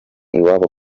iwabo